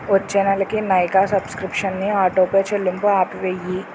వచ్చే నెలకి నైకా సబ్స్క్రిప్షన్ని ఆటో పే చెల్లింపు ఆపివేయి